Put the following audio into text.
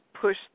push